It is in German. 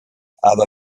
aber